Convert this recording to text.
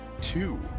Two